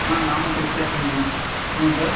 ஆ நாமக்கல் ஸ்டேஷனுங்க சொல்லுங்கள் சார்